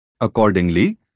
Accordingly